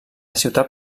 ciutat